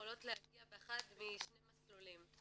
יכולות להגיע באחד משני המסלולים: